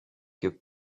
que